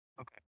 Okay